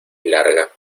larga